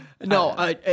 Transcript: No